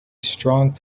strong